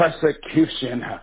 persecution